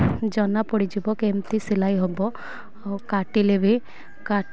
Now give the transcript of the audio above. ଜଣା ପଡ଼ିଯିବ କେମିତି ସିଲେଇ ହବ ଆଉ କାଟିଲେ ବି